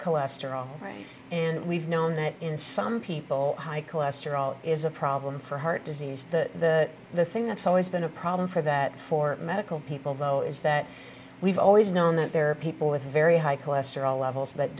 cholesterol right and we've known that in some people high cholesterol is a problem for heart disease that the thing that's always been a problem for that for medical people though is that we've always known that there are people with very high cholesterol levels that